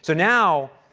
so now,